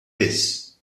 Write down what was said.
biss